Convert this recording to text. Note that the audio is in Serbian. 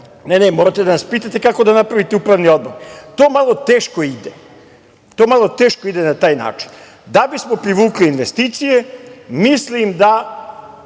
ne, ne, morate da nas pitate kako da napravite upravni odbor. To malo teško ide na taj način. Da bismo privukli investicije mislim da